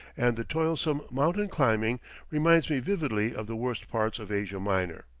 and the toilsome mountain climbing reminds me vividly of the worst parts of asia minor.